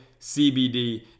CBD